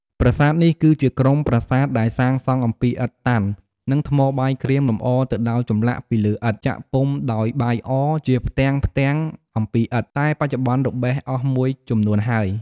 ប្រាសាទនេះ គឺជាក្រុមប្រាសាទដែលសាងសង់អំពីឥដ្ឋតាន់ និង ថ្មបាយក្រៀមលំអរទៅដោយចម្លាក់ពីលើឥដ្ឋ ចាក់ពុម្ភដោយបាយអ ជាផ្ទាំងៗអំពីឥដ្ឋ តែបច្ចុប្បន្នរបេះអស់មួយចំនួនហើយ។